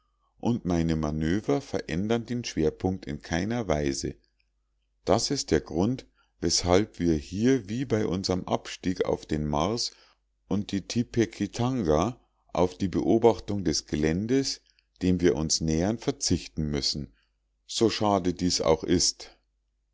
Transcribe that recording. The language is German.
und meine manöver verändern den schwerpunkt in keiner weise das ist der grund weshalb wir hier wie bei unserm abstieg auf den mars und die tipekitanga auf die beobachtung des geländes dem wir uns nähern verzichten müssen so schade dies auch ist